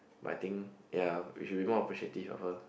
but I think ya we should be more appreciative of her